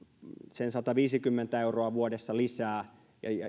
sataviisikymmentä euroa vuodessa lisää